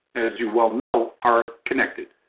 as you well know, are connected